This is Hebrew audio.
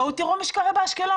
בואו תראו מה קרה באשקלון,